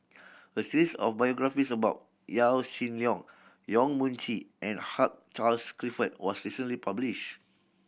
a series of biographies about Yaw Shin Leong Yong Mun Chee and Hugh Charles Clifford was recently published